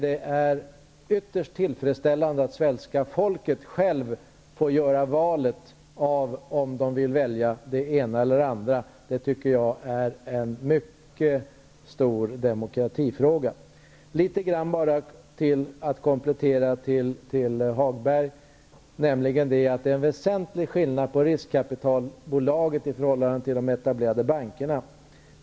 Det är ytterst tillfredsställande att svenskarna själva får göra valet och avgöra om de vill välja det ena eller det andra. Det tycker jag är en mycket stor demokratifråga. Sedan vill jag komplettera svaret till Lars-Ove Hagberg. Det är en väsentlig skillnad på riskkapitalbolaget i förhållande till de etablerade bankerna.